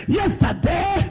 yesterday